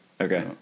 Okay